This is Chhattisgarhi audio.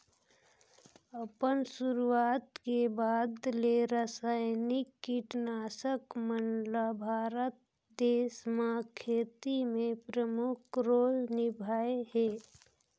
अपन शुरुआत के बाद ले रसायनिक कीटनाशक मन ल भारत देश म खेती में प्रमुख रोल निभाए हे